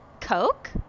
Coke